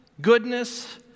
goodness